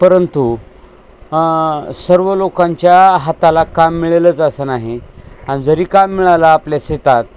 परंतु सर्व लोकांच्या हाताला काम मिळेलंच असं नाही आणि जरी काम मिळालं आपल्या शेतात